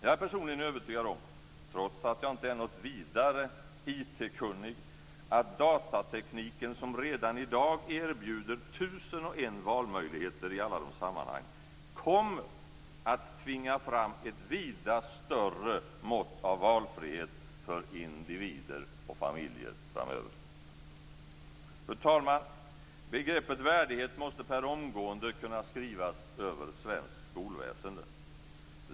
Jag är personligen övertygad om, trots att jag inte är något vidare IT-kunnig, att datatekniken, som redan i dag erbjuder tusen och en valmöjligheter i alla de sammanhang, kommer att tvinga fram ett vida större mått av valfrihet för individer och familjer framöver. Fru talman! Begreppet värdighet måste per omgående kunna skrivas över svenskt skolväsende.